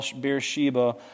Beersheba